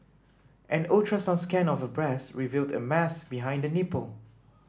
an ultrasound scan of her breast revealed a mass behind the nipple